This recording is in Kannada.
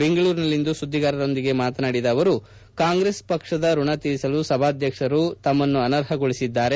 ಬೆಂಗಳೂರಿನಲ್ಲಿಂದು ಸುದ್ವಿಗಾರರೊಂದಿಗೆ ಮಾತನಾಡಿದ ಅವರು ಕಾಂಗ್ರೆಸ್ ಪಕ್ಷದ ಋಣ ತೀರಿಸಲು ಸಭಾಧ್ಯಕ್ಷರು ತಮ್ಮನ್ನು ಅನರ್ಹಗೊಳಿಸಿದ್ದಾರೆ